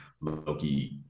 Loki